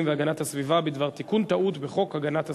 והגנת הסביבה בדבר תיקון טעות בחוק הגנת הסביבה.